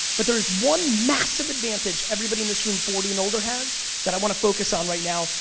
but there is one massive advantage everybody in this room forty and older has that i wanna focus on right now,